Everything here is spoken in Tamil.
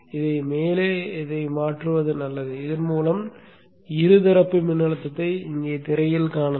இதை மேலே மாற்றுவது நல்லது இதன் மூலம் இருதரப்பு மின்னழுத்தத்தை இங்கே திரையில் காணலாம்